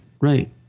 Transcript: Right